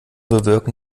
bewirken